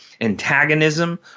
antagonism